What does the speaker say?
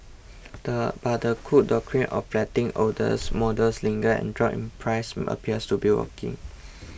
but the Cook Doctrine of letting olders models linger and drop in price appears to be working